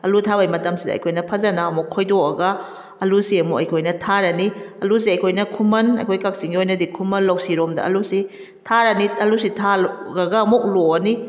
ꯑꯂꯨ ꯊꯥꯕꯩ ꯃꯇꯝꯁꯤꯗ ꯑꯩꯈꯣꯏꯅ ꯐꯖꯅ ꯑꯃꯨꯛ ꯈꯣꯏꯗꯣꯛꯑꯒ ꯑꯂꯨꯁꯦ ꯑꯃꯨꯛ ꯑꯩꯈꯣꯏꯅ ꯊꯥꯔꯅꯤ ꯑꯂꯨꯁꯦ ꯑꯩꯈꯣꯏꯅ ꯈꯨꯃꯟ ꯑꯩꯈꯣꯏ ꯀꯛꯆꯤꯡꯒꯤ ꯑꯣꯏꯅꯗꯤ ꯈꯨꯃꯟ ꯂꯧꯁꯤ ꯔꯣꯝꯗ ꯑꯂꯨꯁꯤ ꯊꯥꯔꯅꯤ ꯑꯂꯨꯁꯤ ꯊꯥꯔ ꯒ ꯑꯃꯨꯛ ꯂꯣꯛꯑꯅꯤ